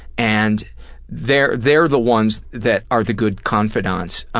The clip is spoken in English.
and they're they're the ones that are the good confidantes.